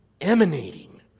emanating